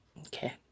Okay